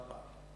לשעבר.